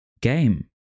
game